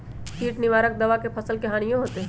किट निवारक दावा से फसल के हानियों होतै?